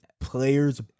players